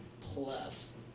Plus